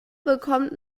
bekommt